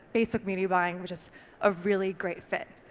facebook media buying was just a really great fit.